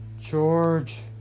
George